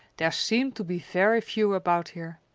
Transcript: there seem to be very few about here.